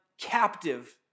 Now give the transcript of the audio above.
captive